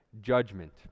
judgment